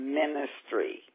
ministry